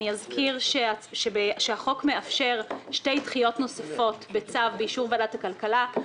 אזכיר שהחוק מאפשר שתי דחיות נוספות בצו באישור ועדת הכלכלה.